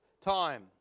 time